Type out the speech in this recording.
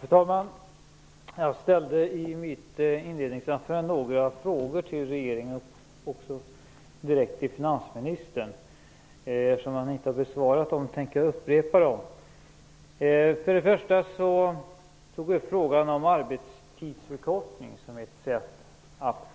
Fru talman! Jag ställde i mitt inledningsanförande några frågor till regeringen och även direkt till finansministern. Eftersom han inte har besvarat dem tänker jag upprepa dem. Först och främst tog vi upp frågan om arbetstidsförkortning som ett sätt att